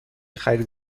خرید